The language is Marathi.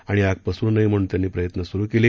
आणि आग पसरू नये म्हणून त्यांनी प्रयत्न सुरू केले